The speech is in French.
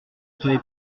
soyez